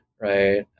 right